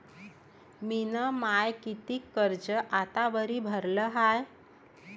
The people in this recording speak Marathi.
मिन माय कितीक कर्ज आतावरी भरलं हाय?